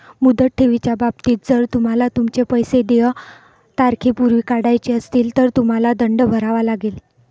मुदत ठेवीच्या बाबतीत, जर तुम्हाला तुमचे पैसे देय तारखेपूर्वी काढायचे असतील, तर तुम्हाला दंड भरावा लागेल